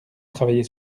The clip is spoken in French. travaillez